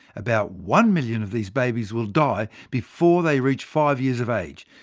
about one million of these babies will die before they reach five years of age,